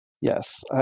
yes